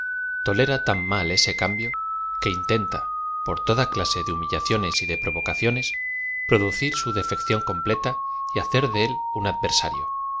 tolera tan mal eee cambio que intenta por toda clase de humi llaciones de provocaciones producir su defección completa y hacer de él un adversario